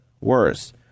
Worse